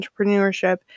entrepreneurship